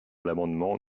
l’amendement